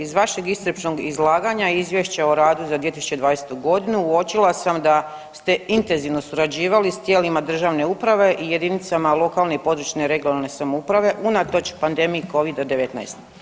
Iz vašeg iscrpnog izlaganja Izvješća o radu za 2020.g. uočila sam da ste intenzivno surađivali s tijelima državne uprave i jedinicama lokalne i područne (regionalne) samouprave unatoč pandemiji covida-19.